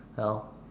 sell